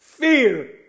Fear